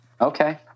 Okay